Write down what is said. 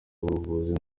ubuvugizi